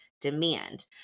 demand